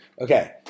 Okay